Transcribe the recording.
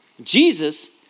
Jesus